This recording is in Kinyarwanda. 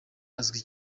azwi